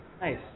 Nice